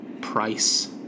price